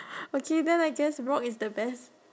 okay then I guess rock is the best